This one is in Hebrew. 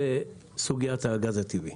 לסוגיית הגז הטבעי,